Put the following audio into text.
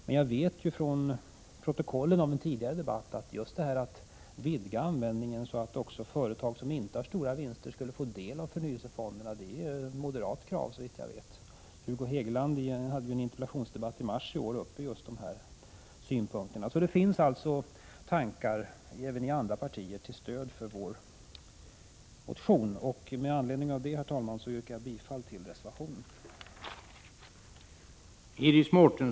Men jag vet från protokollet från en tidigare debatt att just detta att vidga användningen, så att också företag som inte har stora vinster skulle få del av förnyelsefonderna, är ett moderat krav. Hugo Hegeland framförde just den synpunkten i en interpellationsdebatt i mars i år. Det finns alltså tankar även i andra partier till stöd för vår motion. Med anledning av det, herr talman, yrkar jag bifall till reservation 1.